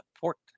Port